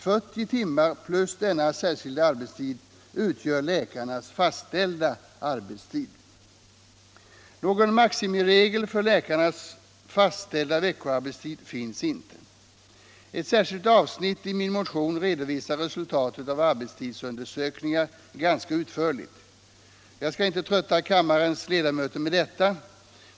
40 timmar plus denna särskilda arbetstid utgör läkarnas fastställda arbetstid. Någon maximiregel för läkarnas fastställda veckoarbetstid finns inte. Ett särskilt avsnitt i min motion redovisar resultatet av arbetstidsundersökningar ganska utförligt. Jag skall inte trötta kammarens ledamöter med detta.